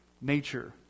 nature –